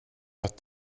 att